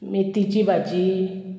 मेथीची भाजी